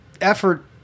effort